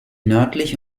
nördlich